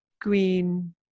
green